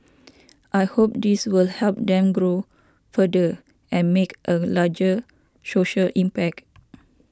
I hope this will help them grow further and make a larger social impact